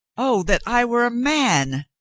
oh, that i were a man!